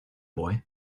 boy